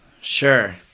Sure